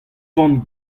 tan